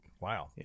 Wow